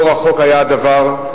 לא רחוק היה הדבר,